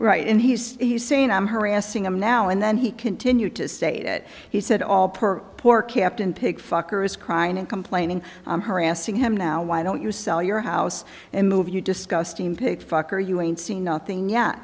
right and he's saying i'm harassing him now and then he continued to state it he said all per poor captain pig fucker is crying and complaining i'm harassing him now why don't you sell your house and move you disgusting pig fucker you ain't seen nothing yet